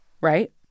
right